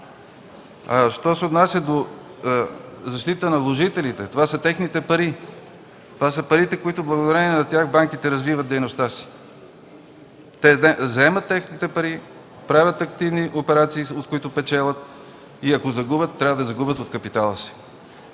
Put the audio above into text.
Що се отнася до защитата на вложителите – това са техните пари, това са парите, благодарение на които банките развиват дейността си. Те заемат техните пари, правят активни операции, от които печелят, и ако загубят, трябва да загубят капитала си.